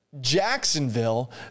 Jacksonville